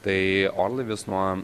tai orlaivis nuo